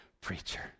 preacher